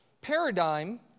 paradigm